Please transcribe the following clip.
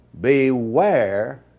Beware